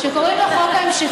שקוראים לו הצעת חוק ההמשכיות,